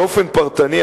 באופן פרטני,